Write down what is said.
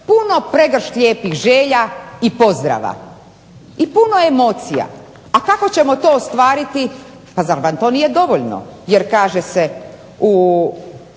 Puno, pregršt lijepih želja i pozdrava i puno emocija, a kako ćemo to ostvariti, pa zar vam to nije dovoljno jer kaže se u